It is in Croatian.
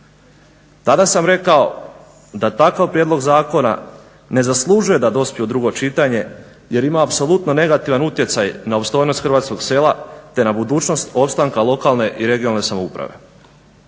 Tada sam rekao da takav prijedlog zakona ne zaslužuje da dospije u drugo čitanje jer ima apsolutno negativan utjecaj na opstojnost hrvatskog sela te na budućnost opstanka lokalne i regionalne samouprave.